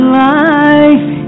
life